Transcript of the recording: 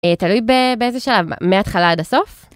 תלוי באיזה שלב, מההתחלה עד הסוף.